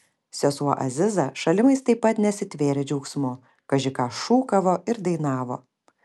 sesuo aziza šalimais taip pat nesitvėrė džiaugsmu kaži ką šūkavo ir dainavo